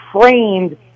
framed